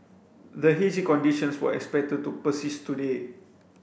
the hazy conditions were expected to persist today